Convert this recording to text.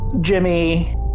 Jimmy